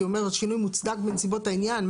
כי הוא אומר השינוי מוצדק בנסיבות העניין.